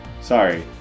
Sorry